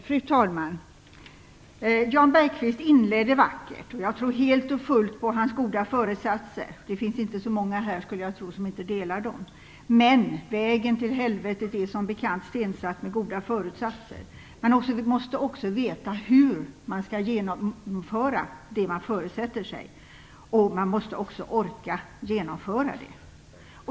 Fru talman! Jan Bergqvist inledde vackert, och jag tror helt och fullt på hans goda föresatser. Jag skulle tro att det inte finns många här som inte delar dem. Men vägen till helvetet är som bekant stensatt med goda föresatser. Man måste också veta hur man skall genomföra det man föresätter sig, och man måste också orka genomföra det.